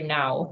now